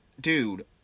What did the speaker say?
dude